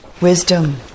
wisdom